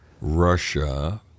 Russia